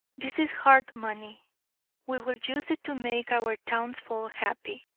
this is heart money we will use it to make our townsfolk happy